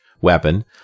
weapon